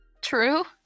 true